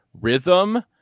rhythm